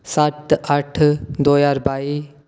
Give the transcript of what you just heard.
सत्त अट्ठ दो ज्हार बाई